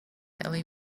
kelly